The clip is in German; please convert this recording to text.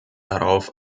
darauf